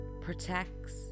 protects